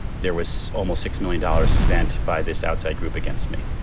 there was almost six million dollars spent by this outside group against me.